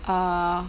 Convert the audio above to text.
oh